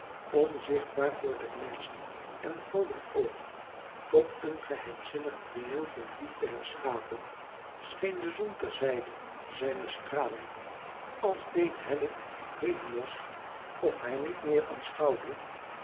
onzichtbaar voor der menschen en goden oog tot een geheimzinnig priëel van liefde herschapen scheen de zon ter zijde zijne stralen als deed helle helios of hij niet meer